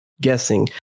guessing